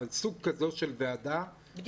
אבל סוג של כזה של ועדה -- בדיקה.